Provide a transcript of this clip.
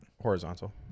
Horizontal